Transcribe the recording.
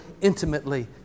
intimately